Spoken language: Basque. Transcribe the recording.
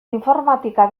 informatika